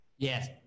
Yes